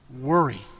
worry